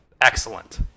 excellent